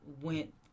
went